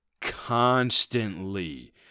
constantly